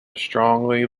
strongly